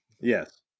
yes